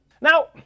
Now